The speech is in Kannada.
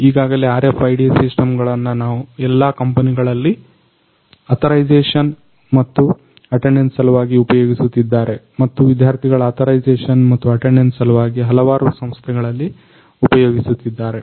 ಈಗಾಗಲೆ RFIDಸಿಸ್ಟಮ್ಗಳನ್ನ ಎಲ್ಲಾ ಕಂಪನಿಗಳಲ್ಲಿ ಅತರೈಜೇಷನ್ ಮತ್ತು ಅಟೆಂಡನ್ಸ್ ಸಲುವಾಗಿ ಉಪಯೋಗಿಸುತ್ತಿದ್ದಾರೆ ಮತ್ತು ವಿದ್ಯಾರ್ಥಿಗಳ ಅತರೈಜೇಷನ್ ಮತ್ತು ಅಟೆಂಡನ್ಸ್ ಸಲುವಾಗಿ ಹಲವಾರು ಸಂಸ್ಥೆಗಳಲ್ಲಿ ಉಪಯೋಗಿಸುತ್ತಿದ್ದಾರೆ